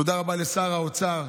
תודה רבה לשר האוצר.